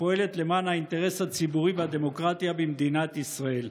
שפועלת למען האינטרס הציבורי והדמוקרטיה במדינת ישראל.